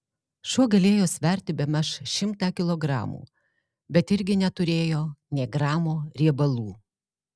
šuo galėjo sverti bemaž šimtą kilogramų bet irgi neturėjo nė gramo riebalų